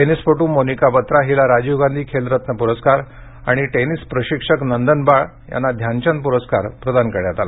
टेनिसपट् मोनिका बत्रा हिला राजीव गांधी खेल रत्न प्रस्कार आणि टेनिस प्रशिक्षक नंदन बाल यांना ध्यानचंद प्रस्कार प्रदान करण्यात आला